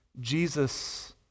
Jesus